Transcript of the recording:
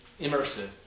Immersive